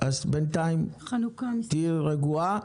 בינתיים תהיי רגועה,